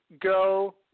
go